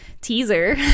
teaser